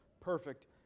perfect